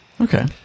Okay